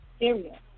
area